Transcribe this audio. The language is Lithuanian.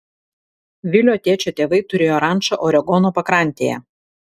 vilio tėčio tėvai turėjo rančą oregono pakrantėje